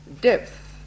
depth